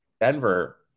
Denver